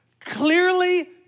clearly